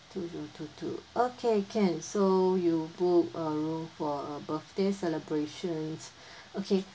two zero two two okay can so you book a room for a birthday celebrations okay